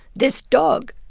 this dog,